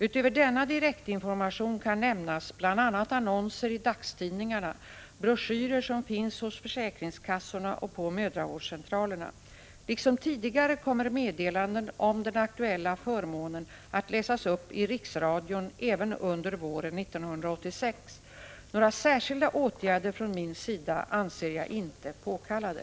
Utöver denna direktinformation kan nämnas bl.a. annonser i dagstidningarna och broschyrer som finns hos försäkringskassorna och på mödravårdscentralerna. Liksom tidigare kommer meddelanden om den aktuella förmånen att läsas upp i riksradion även under våren 1986. Några särskilda åtgärder från min sida anser jag inte påkallade.